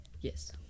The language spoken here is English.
Yes